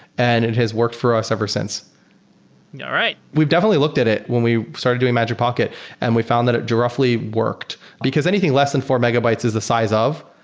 and it has worked for us ever since yeah all right we've definitely looked at it when we started doing magic pocket and we found that it roughly worked, because anything less than four megabytes is the size of,